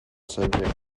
subject